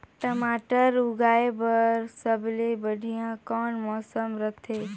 मटर उगाय बर सबले बढ़िया कौन मौसम रथे?